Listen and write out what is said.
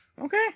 Okay